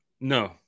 No